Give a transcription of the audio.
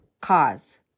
cause